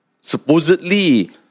supposedly